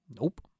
Nope